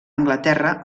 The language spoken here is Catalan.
anglaterra